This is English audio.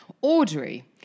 Audrey